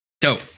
dope